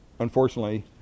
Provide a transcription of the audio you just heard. Unfortunately